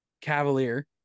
Cavalier